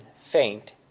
faint